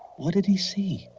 what did he see?